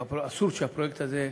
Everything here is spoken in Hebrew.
אסור שהפרויקט הזה,